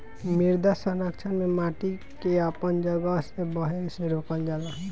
मृदा संरक्षण में माटी के अपन जगह से बहे से रोकल जाला